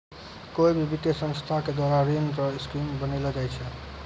कोय भी वित्तीय संस्था के द्वारा ऋण रो स्कीम बनैलो जाय छै